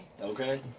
Okay